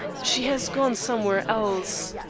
she has gone somewhere else.